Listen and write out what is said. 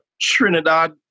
Trinidad